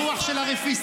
-- הרוח של הרפיסות,